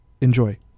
Enjoy